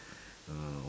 uh